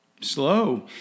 slow